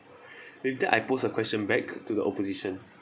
with that I post a question back to the opposition